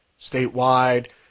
statewide